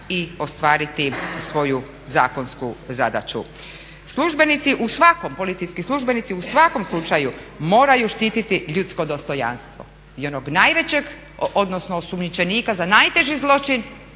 i ostvariti svoju zakonsku zadaću. Službenici u svakom slučaju, policijski službenici, u svakom slučaju moraju štititi ljudsko dostojanstvo i onog najvećeg odnosno osumnjičenika za najteži zločin,